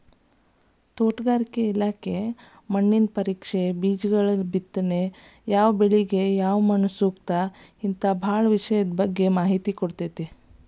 ತೋಟಗಾರಿಕೆ ಇಲಾಖೆ ಮಣ್ಣಿನ ಪರೇಕ್ಷೆ, ಬೇಜಗಳಬಿತ್ತನೆ ಯಾವಬೆಳಿಗ ಯಾವಮಣ್ಣುಸೂಕ್ತ ಹಿಂತಾ ಬಾಳ ವಿಷಯದ ಬಗ್ಗೆ ಮಾಹಿತಿ ಕೊಡ್ತೇತಿ